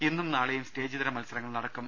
ഇന്നും നാളെയും സ്റ്റേജിതര മത്സരങ്ങൾ നടക്കും